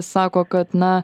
sako kad na